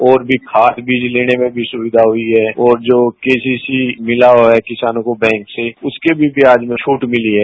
और भी खाद बीज तेने में सुक्विा हुई है और जो केसीसी मिता है किसानों को बैंक से उसके भी ब्याज में छूट मिली है